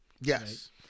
Yes